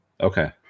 okay